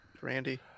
Randy